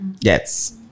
Yes